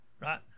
Right